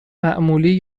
معمولی